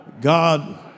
God